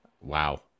Wow